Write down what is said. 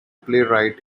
playwright